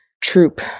troop